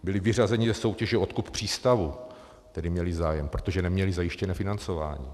Byli vyřazeni ze soutěže o odkup přístavu, o který měli zájem, protože neměli zajištěné financování.